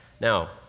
Now